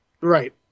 Right